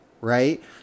right